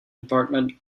department